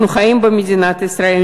אנחנו חיים במדינת ישראל,